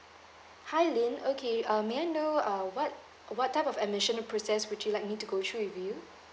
hi ling okay uh may I know uh what what type of admission process would you like me to go through with you